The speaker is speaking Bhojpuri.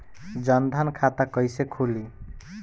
जनधन खाता कइसे खुली?